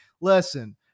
listen